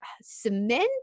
cement